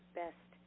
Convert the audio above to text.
best